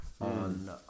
on